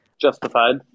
Justified